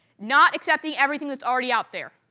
not accepting everything that's already out there.